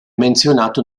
menzionato